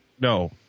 No